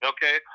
Okay